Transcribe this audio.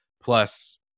plus